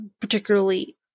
particularly